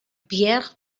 pierre